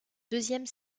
deuxième